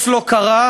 גברתי השרה,